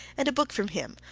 and a book from him,